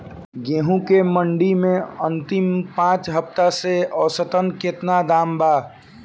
गेंहू के मंडी मे अंतिम पाँच हफ्ता से औसतन केतना दाम बा?